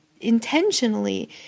intentionally